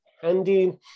handy